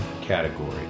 category